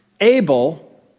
Abel